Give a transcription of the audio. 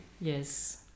Yes